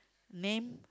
name